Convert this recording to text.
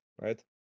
right